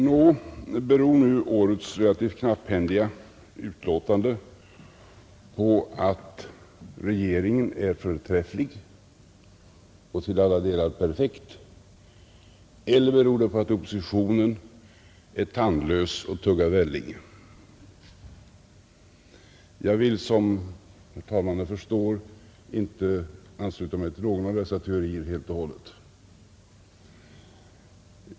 Nå, beror nu årets relativt knapphändiga betänkande på att regeringen är förträfflig och till alla delar perfekt, eller beror det på att oppositionen är tandlös och tuggar välling? Jag vill, som herr talmannen förstår, inte ansluta mig till någon av dessa teorier helt och hållet.